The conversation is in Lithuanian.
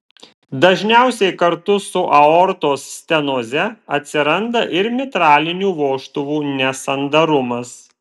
dažniausiai kartu su aortos stenoze atsiranda ir mitralinių vožtuvų nesandarumas